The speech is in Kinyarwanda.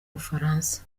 bufaransa